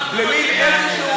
מה רצית שאני אעשה?